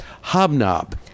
Hobnob